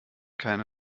keine